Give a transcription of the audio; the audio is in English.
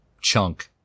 chunk